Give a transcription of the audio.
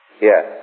Yes